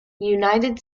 united